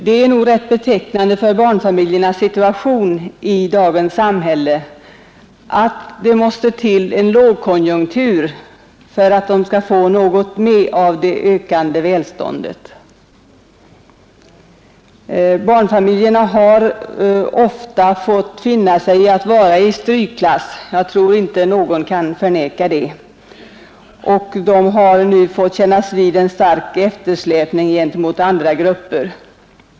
Det är ganska betecknande för barnfamiljernas situation i dagens samhälle att det måste till en lågkonjunktur för att de skall få något med av det ökade välståndet. Barnfamiljerna har ofta fått finna sig i att stå i strykklass. Jag tror att ingen kan förneka det. De har fått vidkännas en eftersläpning gentemot andra grupper.